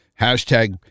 hashtag